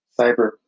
cyber